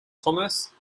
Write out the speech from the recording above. commerce